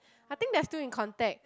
I think they are still in contact